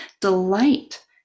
delight